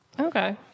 Okay